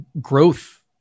growth